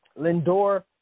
Lindor